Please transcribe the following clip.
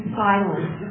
silence